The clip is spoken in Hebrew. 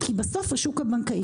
כי בסוף השוק הבנקאי,